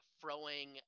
throwing